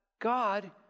God